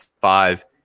five